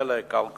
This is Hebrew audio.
דלק, אלכוהול,